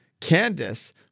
Candice